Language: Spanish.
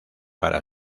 para